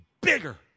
bigger